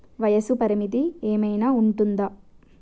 వయస్సు పరిమితి ఏమైనా ఉంటుందా?